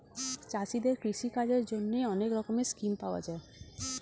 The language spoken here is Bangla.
চাষীদের কৃষি কাজের জন্যে অনেক রকমের স্কিম পাওয়া যায়